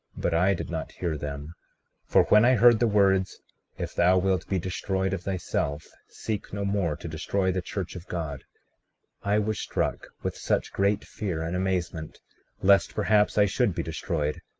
but i did not hear them for when i heard the words if thou wilt be destroyed of thyself, seek no more to destroy the church of god i was struck with such great fear and amazement lest perhaps i should be destroyed,